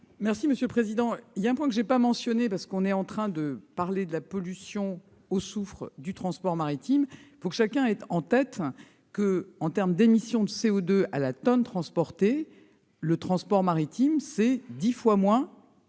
est à Mme la ministre. Il est un point que je n'ai pas mentionné, car on est en train de parler de la pollution au soufre du transport maritime, mais il faut que chacun ait en tête que, en termes d'émissions de CO2 à la tonne transportée, le transport maritime représente 10 fois moins